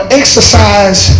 exercise